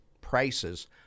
prices